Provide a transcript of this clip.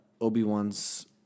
Obi-Wan's